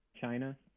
China